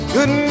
Good